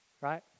right